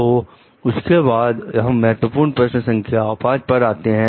तो उसके बाद हम महत्वपूर्ण प्रश्न संख्या 5 पर आते हैं